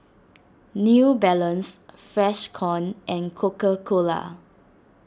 New Balance Freshkon and Coca Cola